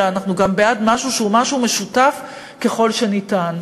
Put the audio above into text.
אלא אנחנו גם בעד משהו שהוא משהו משותף ככל שניתן.